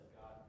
God